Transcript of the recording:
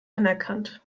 anerkannt